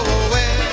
away